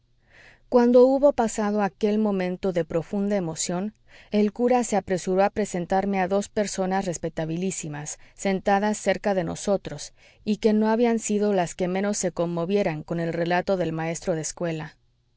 cuando hubo pasado aquel momento de profunda emoción el cura se apresuró a presentarme a dos personas respetabilísimas sentadas cerca de nosotros y que no habían sido las que menos se conmovieran con el relato del maestro de escuela